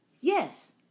Yes